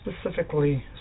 specifically